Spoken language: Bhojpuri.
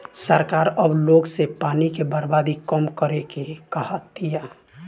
सरकार अब लोग से पानी के बर्बादी कम करे के कहा तिया